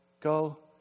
Go